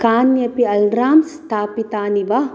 कान्यपि अल्राम्स् स्थापितानि वा